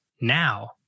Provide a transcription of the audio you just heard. now